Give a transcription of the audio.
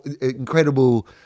incredible